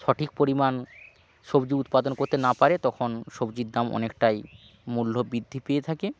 সঠিক পরিমাণ সবজি উৎপাদন করতে না পারে তখন সবজির দাম অনেকটাই মূল্য বৃদ্ধি পেয়ে থাকে